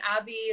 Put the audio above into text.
Abby